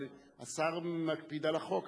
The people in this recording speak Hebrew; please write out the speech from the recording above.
אבל השר מקפיד על החוק,